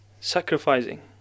sacrificing